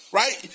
right